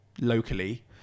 locally